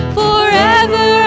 forever